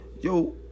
yo